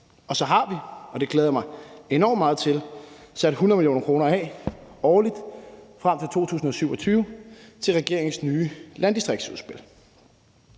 Og så har vi – og det glæder jeg mig enormt meget til – sat 100 mio. kr. af årligt frem til 2027 til regeringens nye landdistriktsudspil.